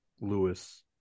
Lewis